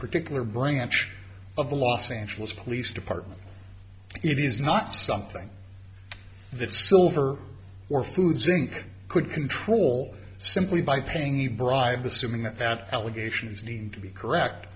particular branch of the los angeles police department it is not something that silver or foods inc could control simply by paying a bribe assuming that that allegation is deemed to be correct